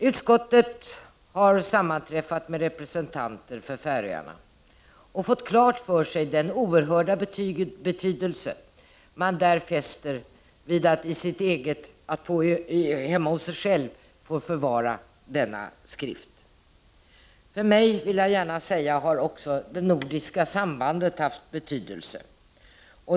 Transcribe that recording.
Utskottet har sammanträffat med representanter för Färöarna och fått klart för sig den oerhört stora betydelse man där fäster vid att hemma hos sig få förvara denna skrift. För mig — det vill jag gärna säga — har också det nordiska sambandet haft betydelse.